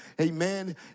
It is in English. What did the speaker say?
amen